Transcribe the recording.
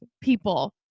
people